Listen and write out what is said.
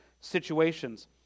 situations